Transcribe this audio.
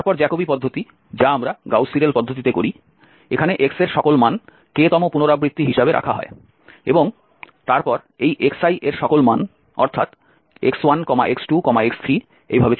তারপর জ্যাকোবি পদ্ধতি যা আমরা গাউস সিডেল পদ্ধতিতে করি এখানে x এর সকল মান k তম পুনরাবৃত্তি হিসাবে রাখা হয় এবং তারপর এই xi এর সকল মান অর্থাৎ x1 x2 x3 xn